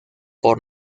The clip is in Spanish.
por